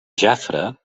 jafre